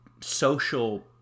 social